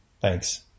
Thanks